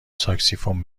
ساکسیفون